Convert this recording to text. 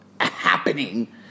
happening